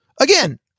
again